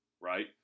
right